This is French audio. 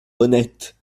honnête